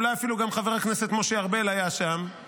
אולי אפילו גם חבר הכנסת משה ארבל היה שם,